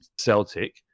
Celtic